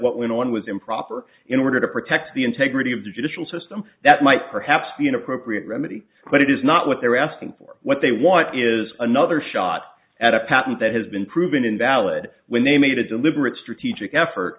what went on was improper in order to protect the integrity of the judicial system that might perhaps be an appropriate remedy but it is not what they're asking for what they want is another shot at a patent that has been proven invalid when they made a deliberate strategic effort